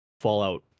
Fallout